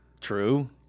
True